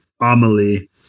Amelie